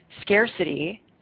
scarcity